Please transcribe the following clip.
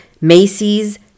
Macy's